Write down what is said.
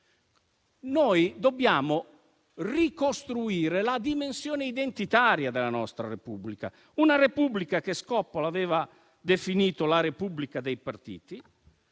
Dobbiamo ricostruire la dimensione identitaria della nostra Repubblica, che Scoppola aveva definito la Repubblica dei partiti